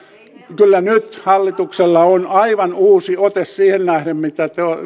kyllä nyt hallituksella on aivan uusi ote siihen nähden mitä